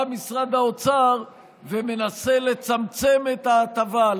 בא משרד האוצר ומנסה לצמצם את ההטבה.